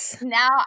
now